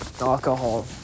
Alcohol